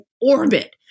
orbit